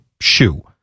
shoe